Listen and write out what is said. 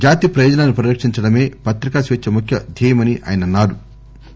జాతి ప్రయోజనాలను పరిరక్షించడమే పత్రికా స్వేచ్ఛ ముఖ్య ధ్యేయమని ఆయన తెలిపారు